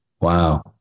Wow